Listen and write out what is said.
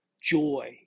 joy